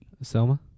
Selma